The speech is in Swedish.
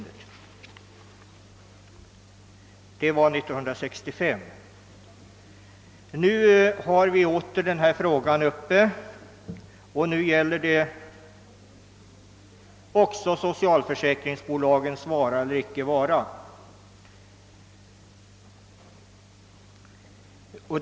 Detta var alltså 1965. Nu är denna fråga åter uppe och även nu gäller det socialförsäkringsbolagens vara eller icke vara.